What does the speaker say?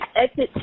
exit